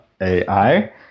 A-I